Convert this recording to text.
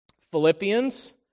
Philippians